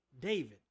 David